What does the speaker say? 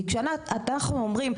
כי כשאנחנו אומרים: